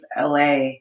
LA